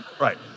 right